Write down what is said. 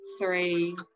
three